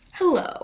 Hello